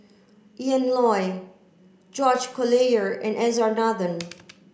Ian Loy George Collyer and S R Nathan